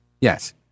Yes